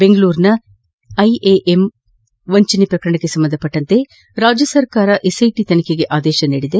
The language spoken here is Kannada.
ಬೆಂಗಳೂರಿನ ಐಎಂಎ ವಂಚನೆ ಪ್ರಕರಣಕ್ಕೆ ಸಂಬಂಧಿಸಿದಂತೆ ರಾಜ್ಯ ಸರ್ಕಾರ ಎಸ್ಐಟಿ ತನಿಖೆಗೆ ಆದೇಶ ನೀಡಿದೆ